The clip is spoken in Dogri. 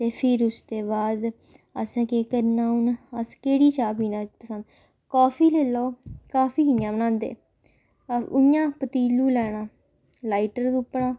ते फिर उसदे बाद असें केह् करना हून अस केह्ड़ी चाह् पीना पसंद काफी लेई लैओ काफी कि'यां बनांदे इ'यां पतीलू लैना लाइटर तुप्पना